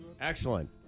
Excellent